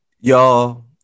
Y'all